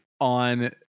on